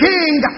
King